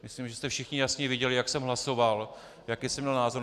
Myslím, že jste všichni jasně viděli, jak jsem hlasoval, jaký jsem měl názor.